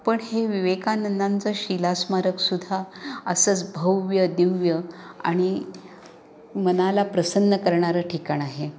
पण हे विवेकानंदांचं शिला स्मारकसुद्धा असंच भव्यदिव्य आणि मनाला प्रसन्न करणारं ठिकाण